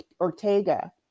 Ortega